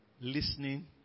listening